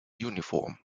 uniform